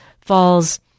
falls